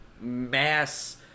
mass